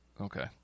okay